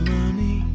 money